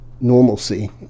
normalcy